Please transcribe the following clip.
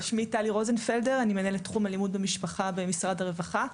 אני מנהלת תחום אלימות במשפחה במשרד הרווחה.